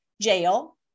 jail